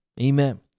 Amen